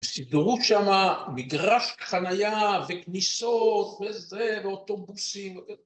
‫בסידורות שמה, מגרש חנייה ‫וכניסות וזה ואוטובוסים.